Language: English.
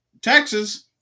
Texas